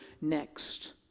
next